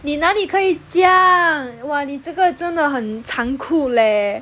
你哪里可以这样哇你这个真的很残酷 leh